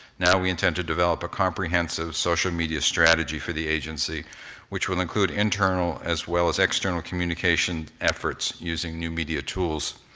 now we intend to develop a comprehensive social media strategy for the agency which will include internal as well as external communication efforts using new media tools.